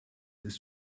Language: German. ist